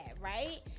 right